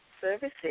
services